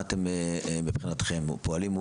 מה אתם מבחינתכם פועלים?